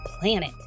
planet